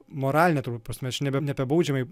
moraline prasme aš ne ne apie nebaudžiamąjį